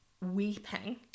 weeping